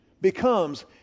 becomes